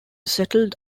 settled